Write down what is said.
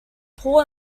paul